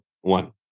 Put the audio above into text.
one